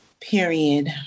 period